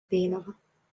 vėliava